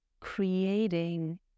creating